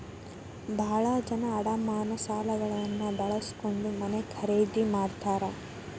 ಭಾಳ ಜನ ಅಡಮಾನ ಸಾಲಗಳನ್ನ ಬಳಸ್ಕೊಂಡ್ ಮನೆ ಖರೇದಿ ಮಾಡ್ತಾರಾ